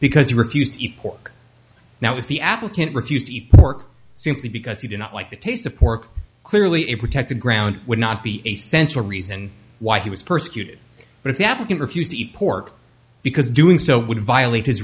because he refused to eat pork now if the applicant refused to eat pork simply because he did not like the taste of pork clearly a protected ground would not be a central reason why he was persecuted if the applicant refused to eat pork because doing so would violate his